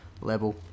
level